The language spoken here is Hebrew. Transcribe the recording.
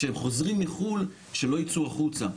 כשהם חוזרים מחו"ל שלא יצאו החוצה.